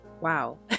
wow